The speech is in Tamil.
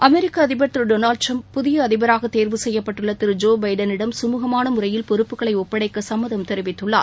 அமெரிக்க அதிபர் திரு டொனால்டு டிரம்ப் புதிய அதிபராக தேர்வு செய்யப்பட்டுள்ள திரு ஜோ பைடனிடம் சுமூகமான முறையில் பொறுப்புகளை ஒப்படைக்க சம்மதம் தெரிவித்துள்ளார்